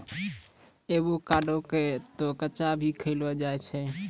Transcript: avocado क तॅ कच्चा भी खैलो जाय छै